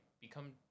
become